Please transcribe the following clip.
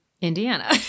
Indiana